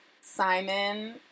Simon